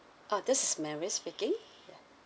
uh this is mary speaking